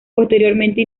posteriormente